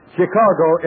Chicago